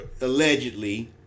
allegedly